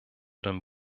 den